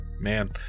Man